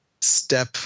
step